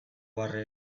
barre